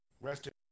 Rested